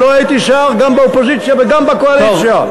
גם באופוזיציה וגם בקואליציה.